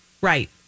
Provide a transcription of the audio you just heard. right